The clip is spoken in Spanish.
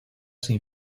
sin